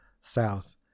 South